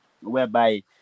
whereby